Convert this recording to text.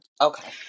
Okay